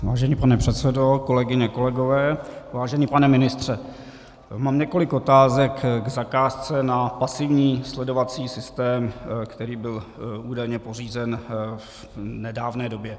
Vážený pane předsedo, kolegyně, kolegové, vážený pane ministře, mám několik otázek k zakázce na pasivní sledovací systém, který byl údajně pořízen v nedávné době.